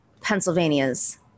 Pennsylvania's